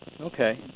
okay